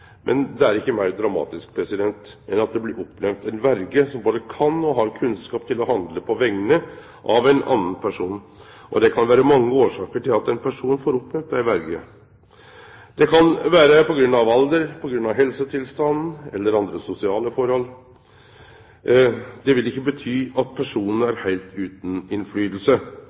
Men det er ikkje meir dramatisk enn at det blir oppnemnd ei verje som både kan og har kunnskap til å handle på vegner av ein annan person. Det kan vere mange årsaker til at ein person får oppnemnd ei verje. Det kan vere på grunn av alder, på grunn av helsetilstand eller andre sosiale forhold. Det vil ikkje bety at personen er heilt utan